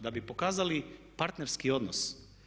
Da bi pokazali partnerski odnos.